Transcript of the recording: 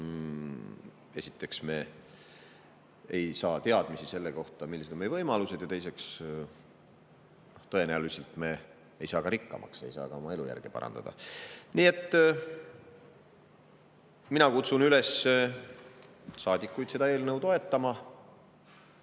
esiteks, me ei saa teadmisi selle kohta, millised on meie võimalused, ja teiseks, tõenäoliselt me ei saa rikkamaks ega saa ka oma elujärge parandada. Nii et mina kutsun saadikuid üles seda eelnõu toetama.